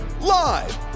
live